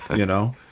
you know.